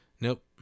Nope